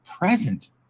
present